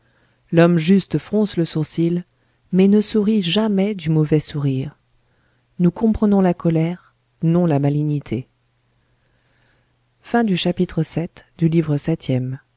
l'homme juste fronce le sourcil mais ne sourit jamais du mauvais sourire nous comprenons la colère non la malignité chapitre